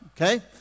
okay